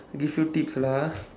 give you tips lah ah